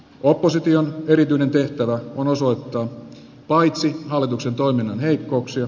opposition erityinen tehtävä on osoittaa paitsi hallituksen toiminnan heikkouksia